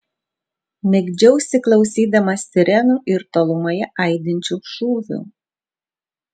migdžiausi klausydamas sirenų ir tolumoje aidinčių šūvių